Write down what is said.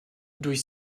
durch